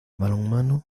balonmano